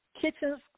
kitchens